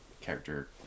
character